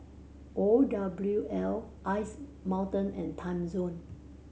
O W L Ice Mountain and Timezone